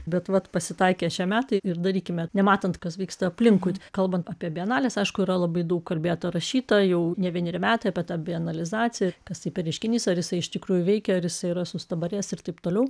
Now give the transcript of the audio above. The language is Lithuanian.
bet vat pasitaikė šie metai ir darykime nematant kas vyksta aplinkui kalbant apie bienales aišku yra labai daug kalbėta rašyta jau ne vieneri metai apie tą bienalizaciją kas tai reiškinys ar jisai iš tikrųjų veikia visa yra sustabarėjęs ir taip toliau